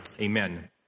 Amen